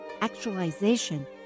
actualization